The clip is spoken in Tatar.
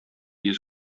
йөз